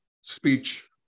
speech